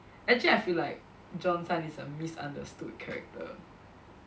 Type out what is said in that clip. actually I feel like Johnson is a misunderstood character